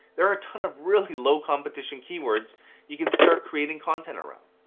there are a ton of really low competition keywords you can start creating content around.